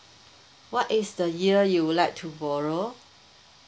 what is the year you would like to borrow